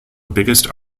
biggest